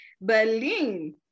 Berlin